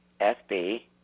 SB